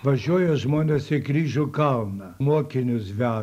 važiuoja žmonės į kryžių kalną mokinius veža